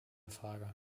frage